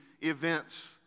events